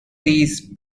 these